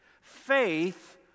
Faith